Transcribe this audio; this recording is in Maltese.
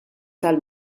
tal